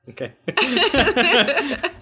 Okay